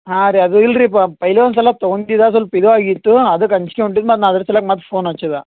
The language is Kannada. ಹಾಂ ರೀ ಅದು ಇಲ್ರೀ ಪೈಲೆ ಒಂದುಸಲ ತಗೋಂಡಿದಾ ಸ್ವಲ್ಪ್ ಇದು ಆಗಿತ್ತೂ ಅದಕ್ಕೆ ಅಂಜಿಕೆ ಹೊಂಟಿದ್ದು ಮತ್ತು ನಾ ಅದ್ರ ಸಲುವಾಗಿ ಮತ್ತು ಫೋನ್ ಹಚ್ಚಿದೆ